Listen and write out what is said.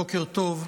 בוקר טוב.